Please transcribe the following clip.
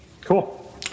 cool